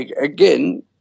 again